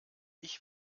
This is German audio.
ich